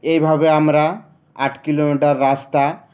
এইভাবে আমরা আট কিলোমিটার রাস্তা